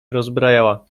rozbrajała